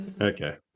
Okay